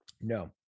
no